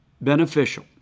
beneficial